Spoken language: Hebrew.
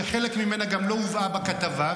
שחלק ממנה גם לא הובא בכתבה,